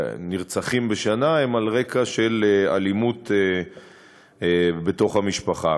מהנרצחים בשנה, הם על רקע של אלימות בתוך המשפחה.